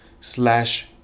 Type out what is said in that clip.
slash